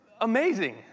amazing